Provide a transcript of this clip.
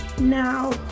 now